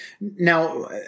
Now